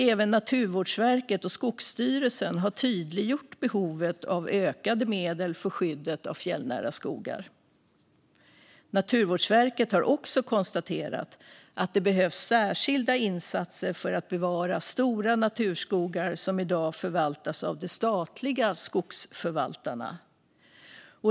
Även Naturvårdsverket och Skogsstyrelsen har tydliggjort behovet av ökade medel för skyddet av fjällnära skogar. Naturvårdsverket har också konstaterat att det behövs särskilda insatser för att bevara stora naturskogar som i dag förvaltas av de statliga skogsförvaltarna.